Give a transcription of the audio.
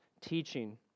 teaching